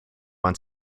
want